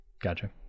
gotcha